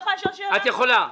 את יכולה.